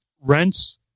rents